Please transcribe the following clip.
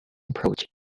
approach